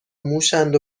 موشاند